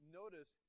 notice